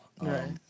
Right